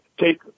take